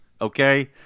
okay